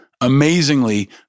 Amazingly